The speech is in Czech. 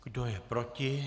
Kdo je proti?